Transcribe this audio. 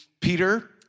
Peter